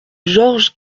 georges